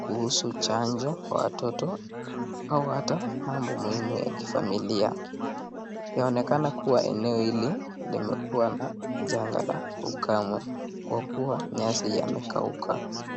kuhusu chanjo kwa watoto au hata mambo muhimu ya kifamilia. Inaonekana kuwa eneo hili limekuwa na janga la ukame kwa kuwa nyasi yamekauka.